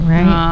Right